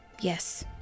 Yes